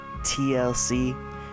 TLC